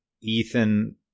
Ethan